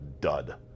dud